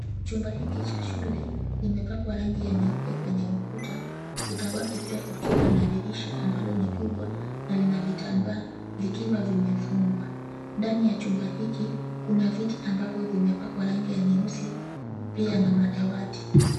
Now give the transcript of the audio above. Chumba hiki cha shule limepakwa rangi ya nyeupe kwenye ukuta. Ukuta wake pia ukiwa na dirisha ambalo ni kubwa na lina vitambaa vikiwa vimefungwa. Ndani ya chumba hiki kuna viti ambavyo vimepakwa rangi ya nyeusi pia na madawati.